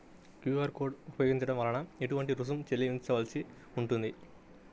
QR code ఉపయోగించటం వలన ఏటువంటి రుసుం చెల్లించవలసి ఉంటుంది?